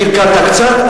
קלקלת קצת,